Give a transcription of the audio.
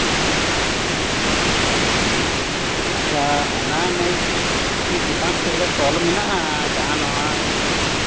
ᱚ ᱟᱪᱪᱷᱟ ᱚᱱᱟ ᱱᱟᱹᱭᱠᱤ ᱪᱮᱛᱟᱱ ᱥᱮᱜ ᱨᱮᱠᱤ ᱛᱚᱞ ᱢᱮᱱᱟᱜᱼᱟ ᱡᱟᱦᱟᱸ ᱱᱚᱣᱟ